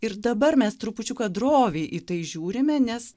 ir dabar mes trupučiuką droviai į tai žiūrime nes